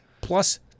plus